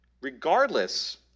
regardless